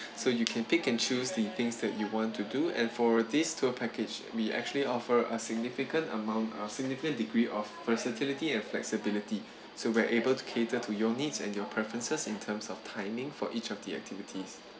so you can pick and choose the things that you want to do and for this tour package we actually offer a significant amount or significant degree of versatility and flexibility so we're able to cater to your needs and your preferences in terms of timing for each of the activities